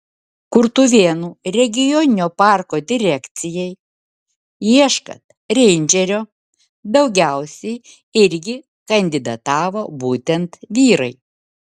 kurtuvėnų regioninio parko direkcijai ieškant reindžerio daugiausiai irgi kandidatavo būtent vyrai